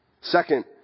Second